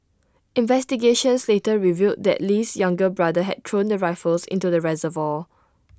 investigations later revealed that Lee's younger brother had thrown the rifles into the reservoir